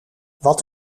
wat